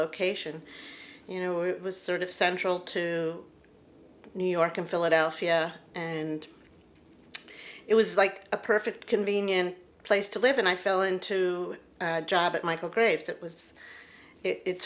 location you know it was sort of central to new york and philadelphia and it was like a perfect convenient place to live and i fell into a job at michael graves that was